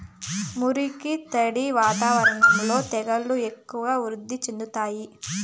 మురికి, తడి వాతావరణంలో తెగుళ్లు ఎక్కువగా వృద్ధి చెందుతాయి